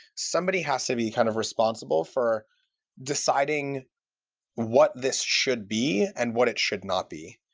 somebody has to be kind of responsible for deciding what this should be and what it should not be.